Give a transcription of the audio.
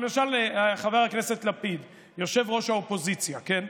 למשל, חבר הכנסת לפיד, יושב-ראש האופוזיציה, כן?